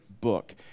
book